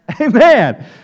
Amen